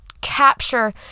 capture